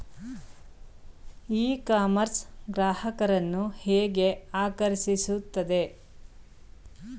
E commerce ಗ್ರಾಹಕರನ್ನು ಹೇಗೆ ಆಕರ್ಷಿಸುತ್ತದೆ?